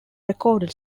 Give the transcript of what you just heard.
recorded